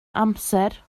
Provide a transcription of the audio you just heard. amser